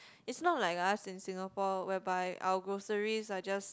it's not like us in Singapore whereby our groceries are just